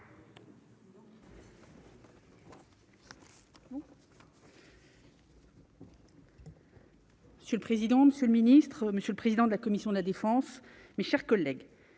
Si le président, monsieur le ministre, monsieur le président de la commission de la défense, mes chers collègues,